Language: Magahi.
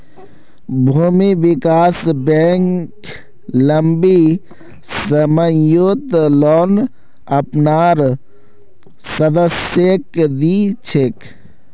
भूमि विकास बैंक लम्बी सम्ययोत लोन अपनार सदस्यक दी छेक